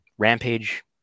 Rampage